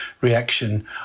reaction